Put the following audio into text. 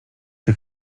czy